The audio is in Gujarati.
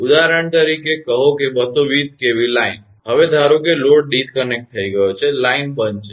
ઉદાહરણ તરીકે કહો કે 220 kVકેવી લાઇન હવે ધારો કે લોડ ડિસ્કનેક્ટ થઈ ગયો છે લાઈન બંધ છે